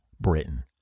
Britain